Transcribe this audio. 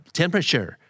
temperature